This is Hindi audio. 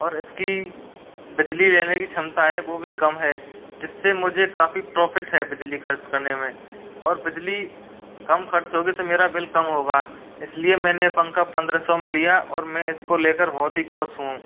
और इसकी बिजली लेने की क्षमता है वो भी कम है जिससे मुझे काफ़ी प्रॉफिट है बिजली खर्च करने में और बिजली कम खर्च होगी तो मेरा बिल कम होगा इसलिए मैंने ये पंखा पन्द्रह सौ में लिया और मैं इसको लेकर बहुत ही खुश हूँ